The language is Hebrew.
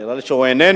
נראה לי שהוא איננו.